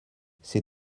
ces